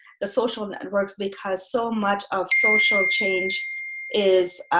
the social networks because so much of social change is